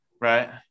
Right